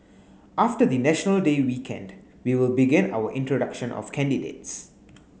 after the National Day weekend we will begin our introduction of candidates